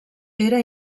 era